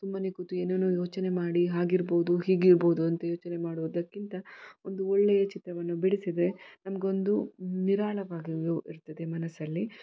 ಸುಮ್ಮನೆ ಕೂತು ಏನೇನೋ ಯೋಚನೆ ಮಾಡಿ ಹಾಗಿರ್ಬೌದು ಹೀಗಿರ್ಬೌದು ಅಂತ ಯೋಚನೆ ಮಾಡುವುದಕ್ಕಿಂತ ಒಂದು ಒಳ್ಳೆಯ ಚಿತ್ರವನ್ನು ಬಿಡಿಸಿದರೆ ನಮಗೊಂದು ನಿರಾಳವಾಗಿಯೂ ಇರ್ತದೆ ಮನಸ್ಸಲ್ಲಿ